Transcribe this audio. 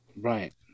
Right